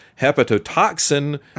hepatotoxin